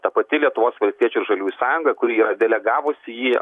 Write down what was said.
ta pati lietuvos valstiečių ir žaliųjų sąjunga kuri yra delegavusi jį